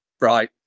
right